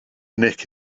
nick